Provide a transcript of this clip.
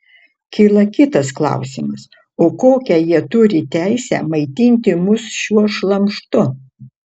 kyla kitas klausimas o kokią jie turi teisę maitinti mus šiuo šlamštu